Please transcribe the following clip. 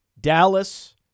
Dallas